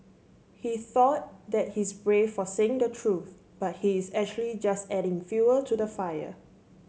he thought that he's brave for saying the truth but he is actually just adding fuel to the fire